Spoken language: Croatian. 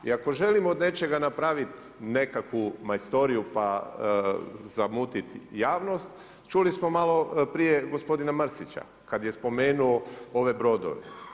I ako želimo od nečega napraviti nekakvu majstoriju, pa zamutiti javnost, čuli smo maloprije, gospodina Mrsića, kada je spomenuo ove brodove.